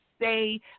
say